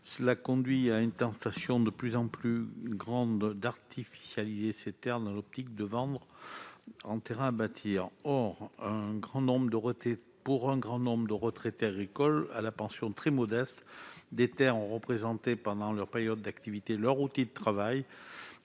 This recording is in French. qui conduit à une tentation de plus en plus grande d'artificialiser ces terres, dans l'optique de vendre au prix des terrains à bâtir. Or, pour un grand nombre de retraités agricoles à la pension très modeste, ces terres ont représenté, pendant leur période d'activité, leur outil de travail,